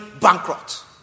bankrupt